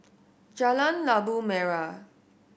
Jalan Labu Merah